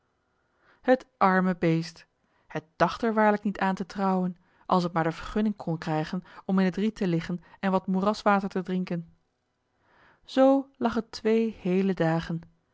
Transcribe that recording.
het arme beest het dacht er waarlijk niet aan te trouwen als het maar de vergunning kon krijgen om in het riet te liggen en wat moeraswater te drinken zoo lag het twee heele dagen